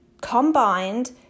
combined